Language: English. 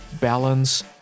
Balance